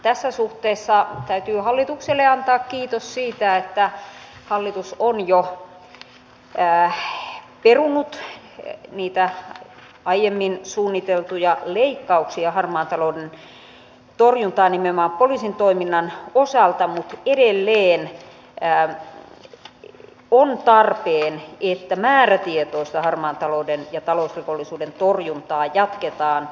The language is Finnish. tässä suhteessa täytyy hallitukselle antaa kiitos siitä että hallitus on jo perunut niitä aiemmin suunniteltuja leikkauksia harmaan talouden torjuntaan nimenomaan poliisin toiminnan osalta mutta edelleen on tarpeen että määrätietoista harmaan talouden ja talousrikollisuuden torjuntaa jatketaan